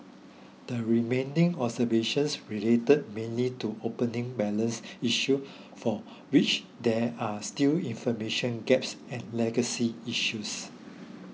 the remaining observations relate mainly to opening balance issues for which there are still information gaps and legacy issues